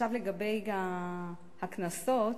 לגבי הקנסות,